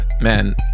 man